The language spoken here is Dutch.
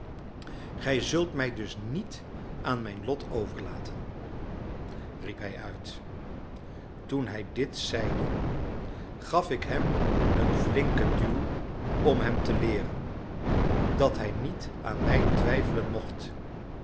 gij zult mij dus niet aan mijn lot overlaten riep hij uit toen hij dit zeide gaf ik hem een flinken duw om hem te leeren dat hij niet aan mij twijfelen mocht